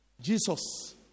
Jesus